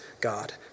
God